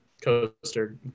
Coaster